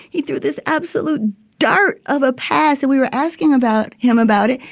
he threw this absolute dart of a pass and we were asking about him about it.